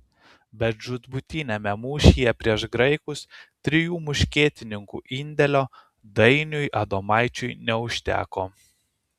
bet žūtbūtiniame mūšyje prieš graikus trijų muškietininkų indėlio dainiui adomaičiui neužteko